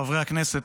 חברי הכנסת,